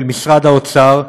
של משרד האוצר,